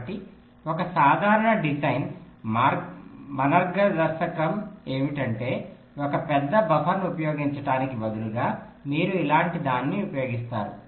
కాబట్టి ఒక సాధారణ డిజైన్ మనర్గదర్శకం ఏమిటంటే ఒకే పెద్ద బఫర్ను ఉపయోగించటానికి బదులుగా మీరు ఇలాంటిదాన్ని ఉపయోగిస్తారు